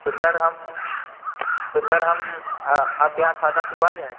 तो सर हम तो सर हम आपके यहाँ खाता खुलवा लें